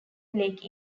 lake